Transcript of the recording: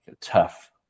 tough